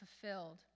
fulfilled